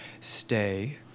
stay